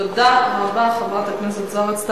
תודה רבה, חברת הכנסת זוארץ.